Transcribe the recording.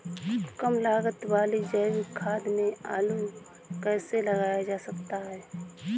कम लागत वाली जैविक खेती में आलू कैसे लगाया जा सकता है?